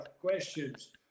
questions